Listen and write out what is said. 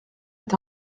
est